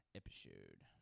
episode